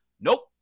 nope